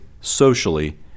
socially